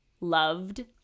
loved